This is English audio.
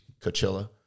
Coachella